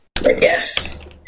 Yes